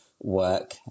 work